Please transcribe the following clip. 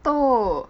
toh